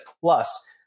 plus